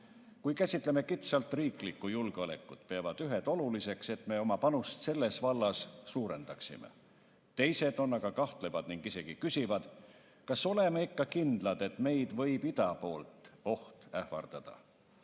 käsitleme kitsalt riiklikku julgeolekut, siis peavad ühed oluliseks, et me oma panust selles vallas suurendaksime. Teised on aga kahtlevad ning isegi küsivad, kas oleme ikka kindlad, et meid võib ida poolt oht ähvardada.